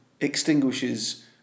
extinguishes